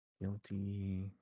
Guilty